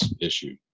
issue